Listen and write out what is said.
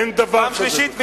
אמרת פעם שלישית, אז